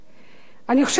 אני חושבת שהגיע הזמן,